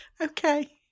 okay